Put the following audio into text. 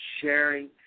sharing